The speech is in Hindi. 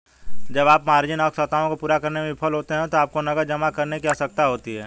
जब आप मार्जिन आवश्यकताओं को पूरा करने में विफल होते हैं तो आपको नकद जमा करने की आवश्यकता होती है